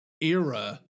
era